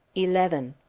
eleven.